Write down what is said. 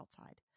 outside